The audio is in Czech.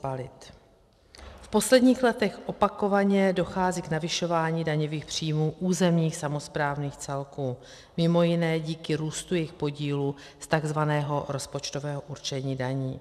V posledních letech opakovaně dochází k navyšování daňových příjmů územních samosprávných celků, mimo jiné díky růstu jejich podílu z tzv. rozpočtového určení daní.